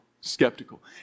Skeptical